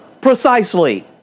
precisely